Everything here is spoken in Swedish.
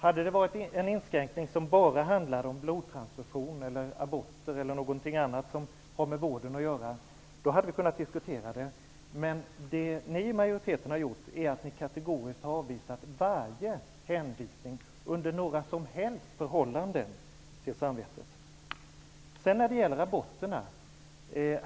Hade det gällt en inskränkning som bara gäller blodtransfusioner, aborter eller något annat inom vården, hade vi kunnat diskutera de frågorna. Men ni i majoriteten har kategoriskt avvisat varje hänvisning under några som helst förhållanden till samvetet. Vidare var det frågan om aborter.